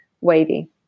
wavy